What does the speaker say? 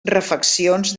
refeccions